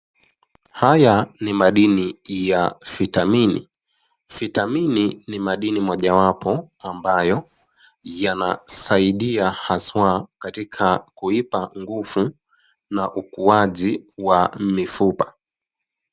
Haya ni madini ya vitamini. Vitamini ni madini mojawapo ambayo yanasaidia, haswa katika kuipa nguvu na ukuaji wa mifupa.